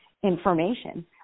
information